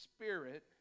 Spirit